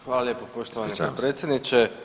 Hvala lijepo poštovani predsjedniče.